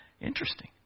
Interesting